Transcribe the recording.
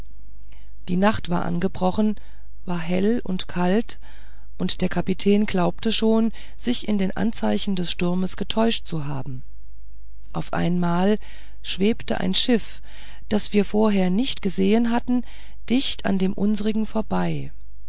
die nacht war angebrochen war hell und kalt und der kapitän glaubte schon sich in den anzeichen des sturmes getäuscht zu haben auf einmal schwebte ein schiff das wir vorher nicht gesehen hatten dicht an dem unsrigen vorbei